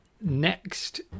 next